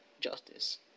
Justice